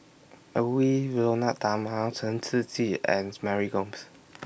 Edwy Lyonet Talma Chen Shiji and Mary Gomes